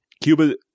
Cuba